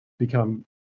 become